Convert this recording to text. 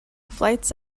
flights